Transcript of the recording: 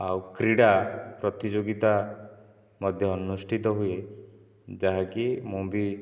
ଆଉ କ୍ରୀଡ଼ା ପ୍ରତିଯୋଗିତା ମଧ୍ୟ ଅନୁଷ୍ଠିତ ହୁଏ ଯାହାକି ମୁଁ ବି